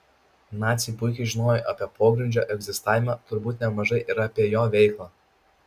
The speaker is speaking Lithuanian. naciai puikiai žinojo apie pogrindžio egzistavimą turbūt nemažai ir apie jo veiklą